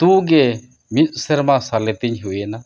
ᱛᱩ ᱜᱮ ᱢᱤᱫ ᱥᱮᱨᱢᱟ ᱥᱟᱞᱮ ᱛᱤᱧ ᱦᱩᱭᱮᱱᱟ